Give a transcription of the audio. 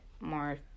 more